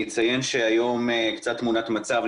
אני אציין תמונת מצב להיום,